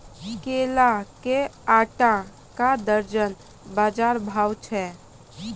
केला के आटा का दर्जन बाजार भाव छ?